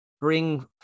bring